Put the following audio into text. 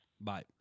Bye